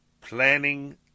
planning